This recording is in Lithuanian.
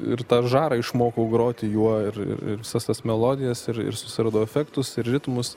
ir tą žarą išmokau groti juo ir ir ir visas tas melodijas ir ir susiradau efektus ir ritmus